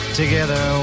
together